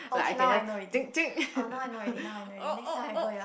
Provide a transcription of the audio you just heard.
like I can just oh oh oh